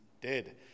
dead